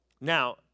Now